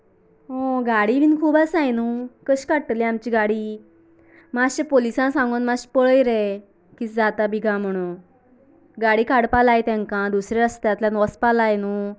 अं गाडी बीन खूब आसात न्हू कशी काडटली आमची गाडी मातशें पोलीसांक सांगून मातशें पळय रे कितें जाता बी कांय म्हणू गाडी काडपाक लाय तांकां दुसरी रस्त्यांतल्यान वचपाक जाय न्हूं